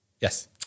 Yes